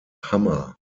hammer